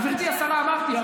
גברתי השרה, אמרתי.